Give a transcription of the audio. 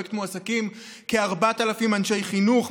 בפרויקט מועסקים כ-4,000 אנשי חינוך,